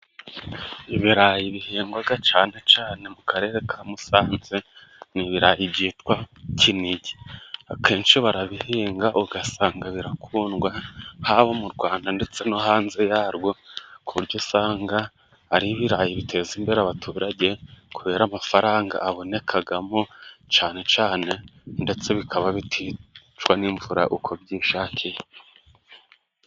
Ibirayi bihingwa cyane cyane mu Karere ka Musanze. Ni ibirayi byitwa Kinigi, akenshi barabihinga, ugasanga birakundwa haba mu Rwanda ndetse no hanze yarwo, ku buryo usanga ari ibirayi biteza imbere abaturage kubera amafaranga abonekamo cyane cyane, ndetse bikaba biticwa n'imvura uko byishakiye.